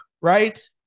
right